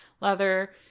leather